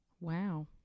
Wow